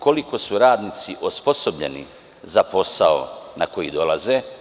Koliko su radnici osposobljeni za posao na koji dolaze?